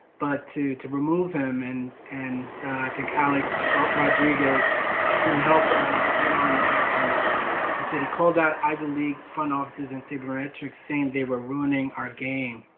but to to remove him and and i think alex rodriguez can help get an act and he said he called at ivy league front offices in sabermetrics saying they were ruining our game.